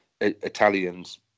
Italians